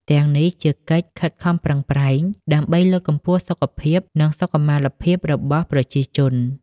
ទាំងនេះជាកិច្ចខិតខំប្រឹងប្រែងដើម្បីលើកកម្ពស់សុខភាព និងសុខុមាលភាពរបស់ ប្រជាជន។